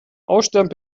aussterben